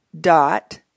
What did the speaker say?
dot